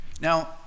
Now